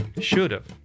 should've